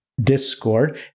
Discord